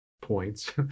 points